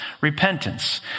repentance